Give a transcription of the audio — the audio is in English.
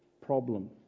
problem